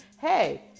hey